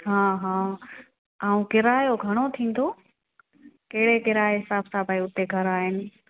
हा हा ऐं किरायो घणो थींदो कहिड़े किराए हिसाब सां भाई उते घर आहिनि